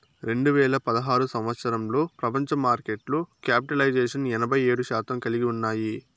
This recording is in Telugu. రెండు వేల పదహారు సంవచ్చరంలో ప్రపంచ మార్కెట్లో క్యాపిటలైజేషన్ ఎనభై ఏడు శాతం కలిగి ఉన్నాయి